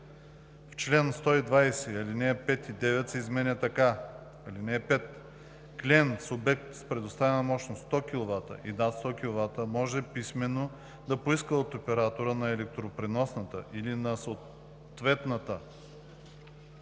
„В чл. 120 ал. 5 и 9 се изменят така: „(5) Клиент с обект с предоставена мощност 100 kW и над 100 kW може писмено да поиска от оператора на електропреносната или на съответната